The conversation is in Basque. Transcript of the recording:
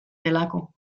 delako